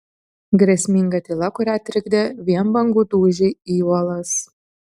grėsminga tyla kurią trikdė vien bangų dūžiai į uolas